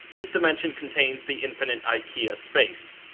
this dimension contains the infinite ikea space,